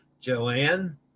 Joanne